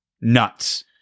Nuts